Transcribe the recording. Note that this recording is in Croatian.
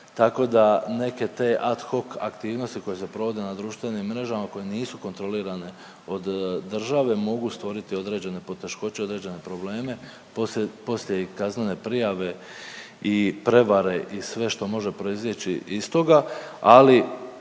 tako da neke te ad hoc aktivnosti koje se provode na društvenim mrežama koje nisu kontrolirane od države mogu stvoriti određene poteškoće i određene probleme poslije i kaznene prijave i prevare i sve što može proizaći iz toga, ali